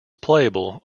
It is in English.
playable